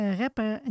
rapper